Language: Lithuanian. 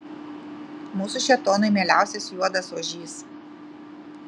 mūsų šėtonui mieliausias juodas ožys